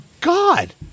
God